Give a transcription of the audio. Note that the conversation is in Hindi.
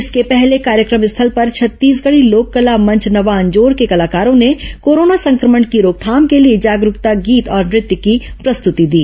इसके पहले कार्यक्रम स्थल पर छत्तीसगढ़ी लोककला मंच नवा अंजोर के कलाकारों ने कोरोना संक्रमण की रोकथाम के लिए जागरूकता गीत और नृत्य की प्रस्तृति दी